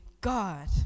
God